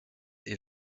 est